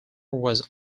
was